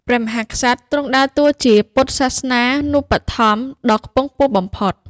ព្រះមហាក្សត្រទ្រង់ដើរតួជាពុទ្ធសាសនូបត្ថម្ភក៍ដ៏ខ្ពង់ខ្ពស់បំផុត។